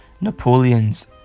Napoleon's